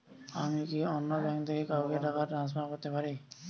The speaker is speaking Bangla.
আমি কি অন্য ব্যাঙ্ক থেকে কাউকে টাকা ট্রান্সফার করতে পারি?